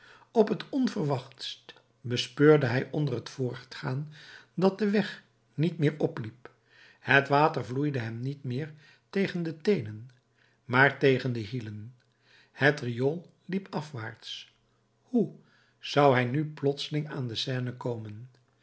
op het onverwachtst bespeurde hij onder t voortgaan dat de weg niet meer opliep het water vloeide hem niet meer tegen de teenen maar tegen de hielen het riool liep afwaarts hoe zou hij nu plotseling aan de seine komen